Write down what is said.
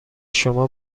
شما